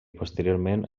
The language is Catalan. posteriorment